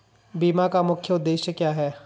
बीमा का मुख्य उद्देश्य क्या है?